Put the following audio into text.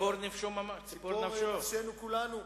והכיסא שלי מתחיל להתנדנד כי ישראל ביתנו מאיימת,